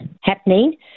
happening